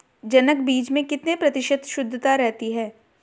जनक बीज में कितने प्रतिशत शुद्धता रहती है?